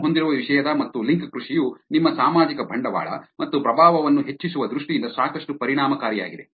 ನೀವು ಹೊಂದಿರುವ ವಿಷಯದ ಮತ್ತು ಲಿಂಕ್ ಕೃಷಿಯು ನಿಮ್ಮ ಸಾಮಾಜಿಕ ಬಂಡವಾಳ ಮತ್ತು ಪ್ರಭಾವವನ್ನು ಹೆಚ್ಚಿಸುವ ದೃಷ್ಟಿಯಿಂದ ಸಾಕಷ್ಟು ಪರಿಣಾಮಕಾರಿಯಾಗಿದೆ